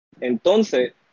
Entonces